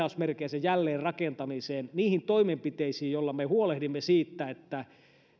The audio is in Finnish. sanoa jälleenrakentamiseen niihin toimenpiteisiin joilla me huolehdimme siitä että